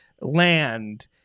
land